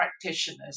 practitioners